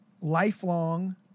lifelong